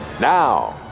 Now